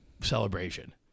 celebration